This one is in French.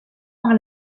par